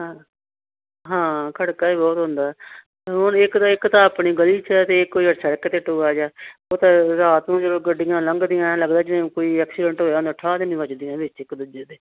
ਹਾਂ ਹਾਂ ਖੜ੍ਹਕਾ ਹੀ ਬਹੁਤ ਹੁੰਦਾ ਰੋਜ਼ ਇੱਕ ਦਾ ਇੱਕ ਤਾਂ ਆਪਣੀ ਗਲੀ 'ਚ ਅਤੇ ਇੱਕ ਉਹ ਆ ਸੜਕ 'ਤੇ ਆ ਟੋਆ ਜਿਹਾ ਉਹ ਤਾਂ ਰਾਤ ਨੂੰ ਜਦੋਂ ਗੱਡੀਆਂ ਲੰਘਦੀਆਂ ਇਹ ਲਗਦਾ ਜਿਵੇਂ ਕੋਈ ਐਕਸੀਡੈਂਟ ਹੋਇਆ ਠਾਅ ਦੇਣੀ ਵੱਜਦੀਆਂ ਵਿੱਚ ਇੱਕ ਦੂਜੇ ਦੇ ਅਤੇ ਨਾ ਕੋਈ ਸੜਕਾਂ